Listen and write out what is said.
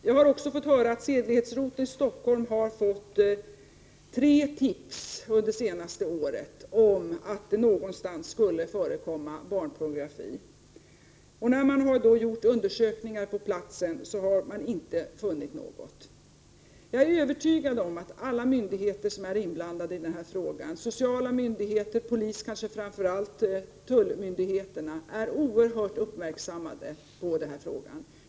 Jag har också fått höra att sedlighetsroteln i Stockholm har fått tre tips under det senaste året om att det någonstans skulle förekomma barnpornografi. När man har gjort undersökningar på platsen har man inte funnit något. Jag är övertygad om att alla myndigheter som är inblandade i den här frågan — sociala myndigheter och kanske framför allt polisen och tullmyndigheterna — är oerhört uppmärksammade på frågan.